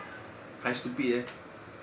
还 stupid leh